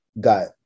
got